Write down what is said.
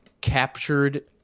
captured